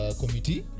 committee